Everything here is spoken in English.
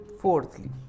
Fourthly